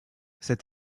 cet